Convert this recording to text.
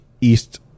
East